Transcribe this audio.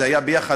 זה היה ביחד,